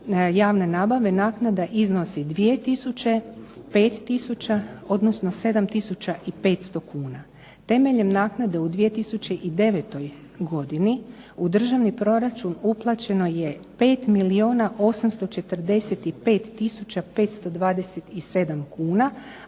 naknada iznosi 2000, 5000 odnosno 7500 kuna. Temeljem naknade u 2009. godini u državni proračun uplaćeno je 5 milijuna